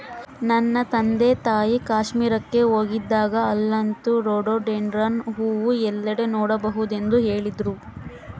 ನನ್ನ ತಂದೆತಾಯಿ ಕಾಶ್ಮೀರಕ್ಕೆ ಹೋಗಿದ್ದಾಗ ಅಲ್ಲಂತೂ ರೋಡೋಡೆಂಡ್ರಾನ್ ಹೂವು ಎಲ್ಲೆಡೆ ನೋಡಬಹುದೆಂದು ಹೇಳ್ತಿದ್ರು